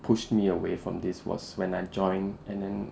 push me away from this was when I joined and then